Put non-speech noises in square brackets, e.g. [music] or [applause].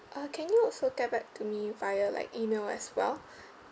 uh can you also get back to me via like email as well [breath]